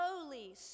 slowly